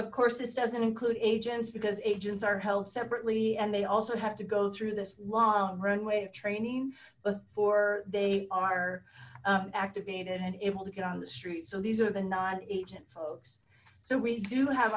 of course this doesn't include agents because agents are held separately and they also have to go through this long runway of training before they are activated and able to get on the street so these are the non agent folks so we do have